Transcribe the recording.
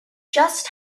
just